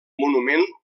monument